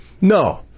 No